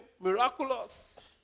Miraculous